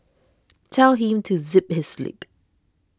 tell him to zip his lip